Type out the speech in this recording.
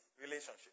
relationship